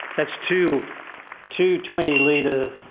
that's two two twenty litre,